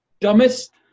dumbest